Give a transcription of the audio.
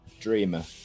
Dreamer